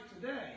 today